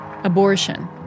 Abortion